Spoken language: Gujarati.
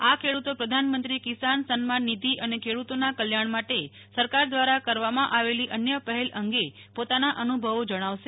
આ ખેડૂતો પ્રધાનમંત્રી કિસાન સન્માન નિધિ અને ખેડૂતોના કલ્યાણ માટે સરકાર દ્વારા કરવામાં આવેલી અન્ય પહેલ અંગે પોતાના અનુભવો જણાવશે